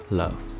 love